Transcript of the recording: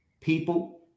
people